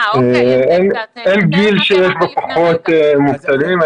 אין גיל שיש בו פחות מובטלים.